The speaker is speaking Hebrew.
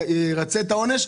ירצה את העונש,